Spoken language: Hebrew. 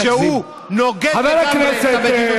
תודה,